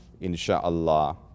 insha'Allah